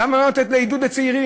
למה לא לתת עידוד לצעירים,